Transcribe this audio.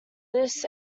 this